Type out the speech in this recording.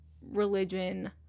religion